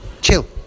chill